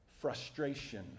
frustration